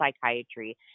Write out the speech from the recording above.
psychiatry